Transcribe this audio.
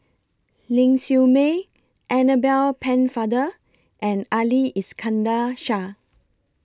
Ling Siew May Annabel Pennefather and Ali Iskandar Shah